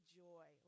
joy